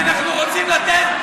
כי אנחנו רוצים לתת,